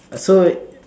so